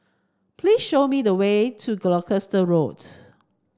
please show me the way to Gloucester Road